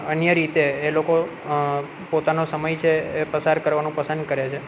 અન્ય રીતે એ લોકો પોતાનો સમય છે એ પસાર કરવાનું પસંદ કરે છે